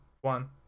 one